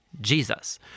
Jesus